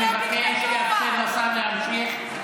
אני מבקש לאפשר לשר להמשיך.